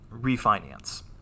refinance